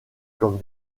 comme